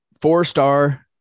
four-star